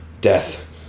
death